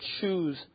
choose